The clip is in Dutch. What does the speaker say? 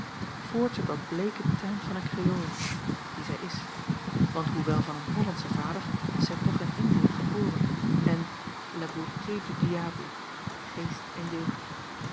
het wat bleeke teint van een creole die zij is want hoewel van een hollandschen vader is zij toch in indië geboren en la beauté du diable geest en jeugd